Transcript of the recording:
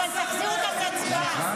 אבל תחזיר אותם להצבעה.